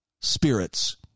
spirits